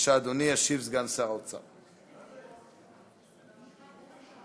אתה מצביע, אתה מצביע